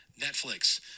Netflix